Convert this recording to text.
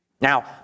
Now